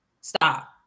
Stop